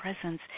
Presence